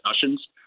discussions